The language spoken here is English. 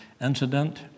incident